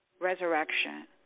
resurrection